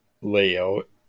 layout